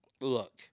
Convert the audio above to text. Look